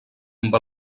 amb